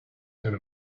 and